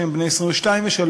שהם בני 22 ו-23,